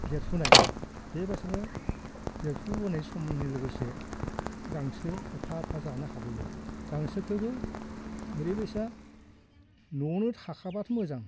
देरफुनाय बे बायसानो देरफुबोनाय समनि लोगोसे गांसो एफा एफा जानो हाबोयो गांसोखोबो ओरै बायसा न'आवनो थाखाबाथ' मोजां